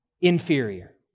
inferior